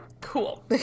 Cool